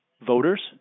voters